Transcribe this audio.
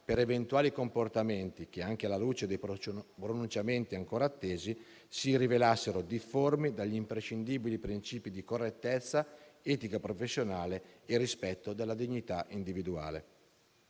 per eventuali comportamenti che, anche alla luce dei pronunciamenti ancora attesi, si rivelassero difformi dagli imprescindibili principi di correttezza etica e professionale e di rispetto della dignità individuale.